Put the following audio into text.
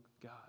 God